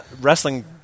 Wrestling